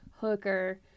hooker